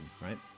right